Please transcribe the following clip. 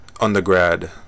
undergrad